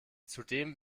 zudem